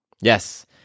Yes